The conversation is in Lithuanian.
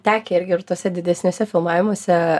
tekę irgi ir tuose didesniuose filmavimuose